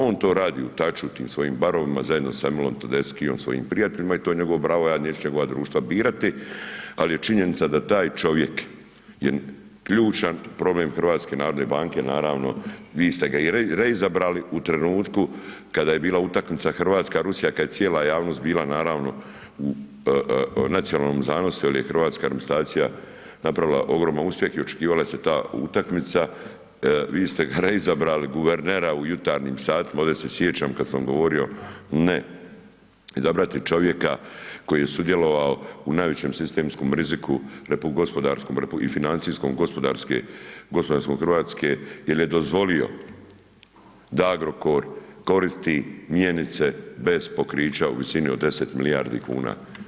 On to radi u taču u tim svojim barovima zajedno sa Emilom Tedeskijom i svojim prijateljima i to je njegovo pravo, ja neću njegova društva birati, ali je činjenica da taj čovjek je ključan problem HNB-a, naravno, vi ste ga i reizabrali u trenutku kada je bila utakmica Hrvatska-Rusija, kad je cijela javnost bila, naravno, u nacionalnom zanosu jer je hrvatska reprezentacija napravila ogroman uspjeh i očekivala se ta utakmica, vi ste ga reizabrali, guvernera u jutarnjim satima, ovdje se sjećam kada sam govorio ne izabrati čovjeka koji je sudjelovao u najvećem sistemskom riziku … [[Govornik se ne razumije]] gospodarskom i financijskom gospodarstvu RH jel je dozvolio da Agrokor koristi mjenice bez pokrića u visini od 10 milijardi kuna.